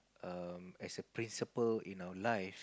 um as a principle in our life